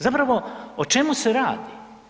Zapravo o čemu se radi?